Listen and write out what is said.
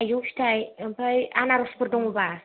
थायजौ फिथाइ ओमफ्राय आनार'सफोर दंबा